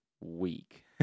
week